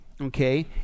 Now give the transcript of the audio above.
okay